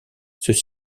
ceux